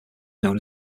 known